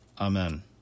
Amen